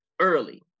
early